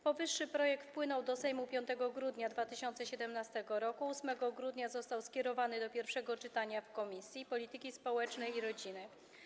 Powyższy projekt wpłynął do Sejmu 5 grudnia 2017 r., a 8 grudnia został skierowany do pierwszego czytania w Komisji Polityki Społecznej i Rodziny.